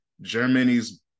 germany's